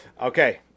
Okay